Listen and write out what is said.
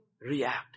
react